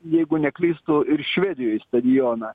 jeigu neklystu ir švedijoj stadioną